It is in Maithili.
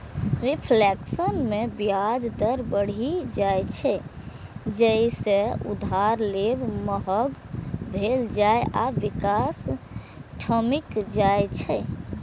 रिफ्लेशन मे ब्याज दर बढ़ि जाइ छै, जइसे उधार लेब महग भए जाइ आ विकास ठमकि जाइ छै